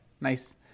nice